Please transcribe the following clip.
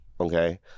okay